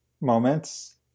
moments